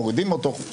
מורידים אותו,